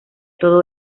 todo